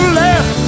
left